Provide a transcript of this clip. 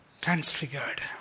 transfigured